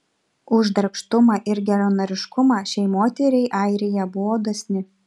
už darbštumą ir geranoriškumą šiai moteriai airija buvo dosni